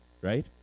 right